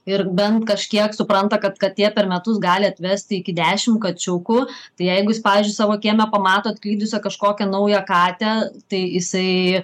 ir bent kažkiek supranta kad katė per metus gali atvesti iki dešim kačiukų tai jeigu jis pavyzdžiui savo kieme pamato atklydusią kažkokią naują katę tai jisai